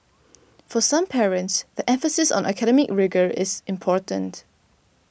for some parents the emphasis on academic rigour is important